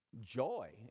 Joy